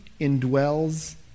indwells